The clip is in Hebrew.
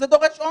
זה דורש אומץ.